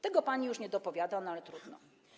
Tego pani już nie dopowiada, no ale trudno.